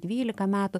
dvylika metų